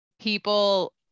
people